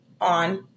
on